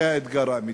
זה האתגר האמיתי.